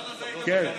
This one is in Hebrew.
הקדוש ברוך הוא שומע את